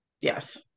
Yes